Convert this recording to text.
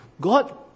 God